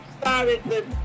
started